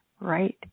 right